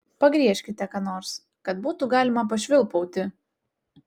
pagriežkite ką nors kad būtų galima pašvilpauti